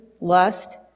lust